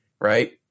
right